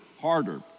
harder